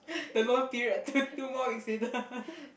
the loan period to two more weeks later